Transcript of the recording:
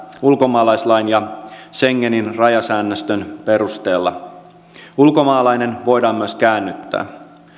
ulkomaalaislain ja schengenin rajasäännöstön perusteella ulkomaalainen voidaan myös käännyttää